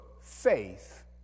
faith